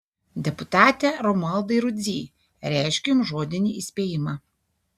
deputate romualdai rudzy reiškiu jums žodinį įspėjimą